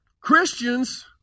Christians